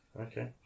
Okay